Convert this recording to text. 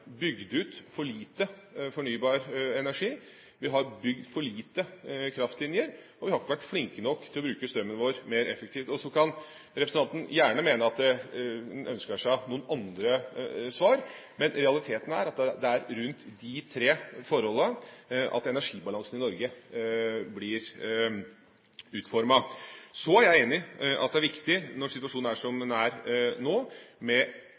bygd ut for lite fornybar energi, vi har bygd for lite kraftlinjer, og vi har ikke vært flinke nok til å bruke strømmen vår mer effektivt. Og så kan representanten gjerne ønske seg noen andre svar, men realiteten er at det er rundt de tre forholdene at energibalansen i Norge blir utformet. Så er jeg enig i at det er viktig når situasjonen er som den er nå, med